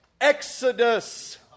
Exodus